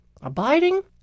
Abiding